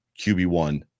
QB1